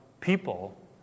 people